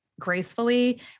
gracefully